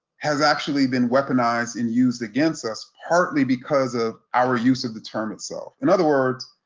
has actually been weaponized and used against us partly because of our use of the term itself. in other words,